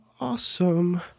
awesome